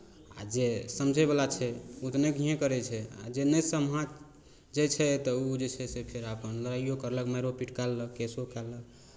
आ जे समझैवला छै ओ तऽ नहिए करै छै आ जे नहि समझैत छै तऽ ओ जे छै से फेर अपन लड़ाइओ करलक मारिओ पीट कए लेलक केसो कए लेलक